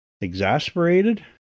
Exasperated